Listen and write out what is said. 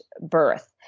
birth